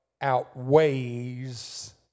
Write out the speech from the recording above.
outweighs